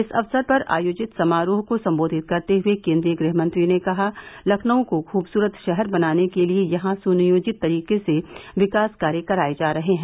इस अवसर पर आयोजित समारोह को सम्बोधित करते हुये केन्द्रीय गृहमंत्री ने कहा लखनऊ को खूबसूरत शहर बनाने के लिये यहां सुनियोजित तरीके से विकास कार्य कराये जा रहे हैं